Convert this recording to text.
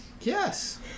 Yes